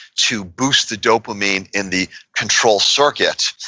to boost the dopamine in the control circuit,